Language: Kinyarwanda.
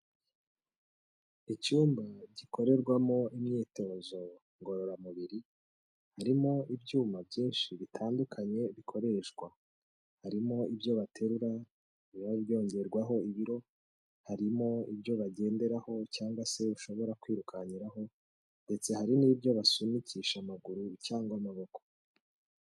Icyumba gikorerwamo imyitozo ngororamubiri. Harimo ibyuma byinshi bitandukanye bikoreshwa. Harimo ibyo baterura biba byongerwaho ibiro. Harimo ibyo bagenderaho, cyangwa se ushobora kwirukankiraho. Ndetse hari n'ibyo basunikisha amaguru, cyangwa amaboko.